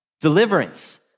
deliverance